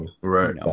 right